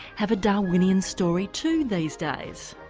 have a darwinian story too these days.